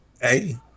Hey